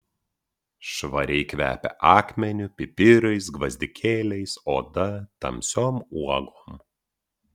švariai kvepia akmeniu pipirais gvazdikėliais oda tamsiom uogom